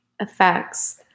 effects